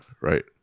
right